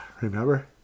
Remember